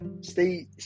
stay